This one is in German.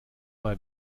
mal